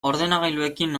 ordenagailuekin